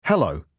Hello